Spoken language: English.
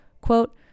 Quote